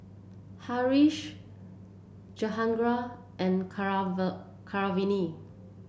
Haresh Jehangirr and Keeravani